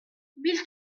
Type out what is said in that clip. mille